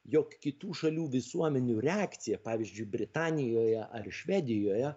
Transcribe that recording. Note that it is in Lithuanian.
jog kitų šalių visuomenių reakcija pavyzdžiui britanijoje ar švedijoje